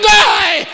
die